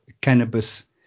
cannabis